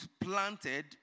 planted